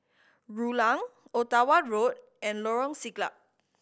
Rulang Ottawa Road and Lorong Siglap